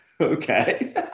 okay